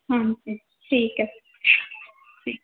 ਹਾਂਜੀ ਠੀਕ ਹੈ